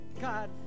God